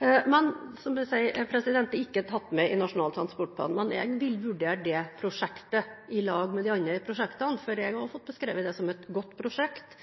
Det er ikke tatt med i Nasjonal transportplan, men jeg vil vurdere dette i lag med de andre prosjektene, for jeg har også fått det beskrevet som et godt prosjekt,